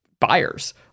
buyers